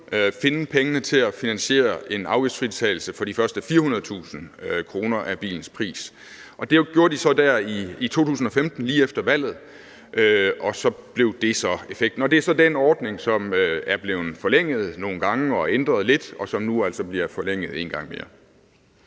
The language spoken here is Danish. finde pengene til at finansiere en afgiftsfritagelse for de første 400.000 kr. af bilens pris. Og det gjorde de så der i 2015 lige efter valget, og så blev det så effekten. Det er så den ordning, der er blevet forlænget nogle gange og ændret lidt, og som nu altså bliver forlænget en gang mere.